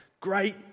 great